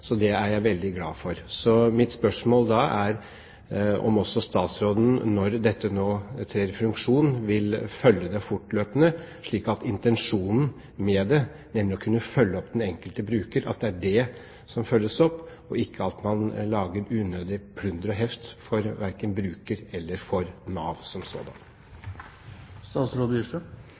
Så det er jeg veldig glad for. Mitt spørsmål da er om også statsråden, når dette med meldeplikt nå trer i funksjon, vil følge det fortløpende, slik at det er intensjonen med det, nemlig å kunne følge opp den enkelte bruker, som følges opp, og at man ikke lager unødig plunder og heft for verken bruker eller for Nav som